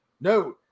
No